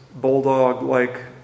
bulldog-like